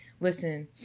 Listen